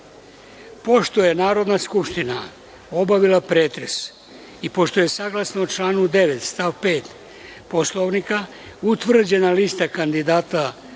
je Narodna skupština obavila pretres i pošto je saglasno članu 9. stav 5. Poslovnika utvrđena lista kandidata za